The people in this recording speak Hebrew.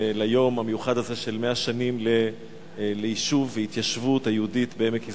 ביום המיוחד הזה של 100 שנים ליישוב וההתיישבות היהודית בעמק יזרעאל.